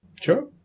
Sure